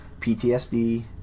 PTSD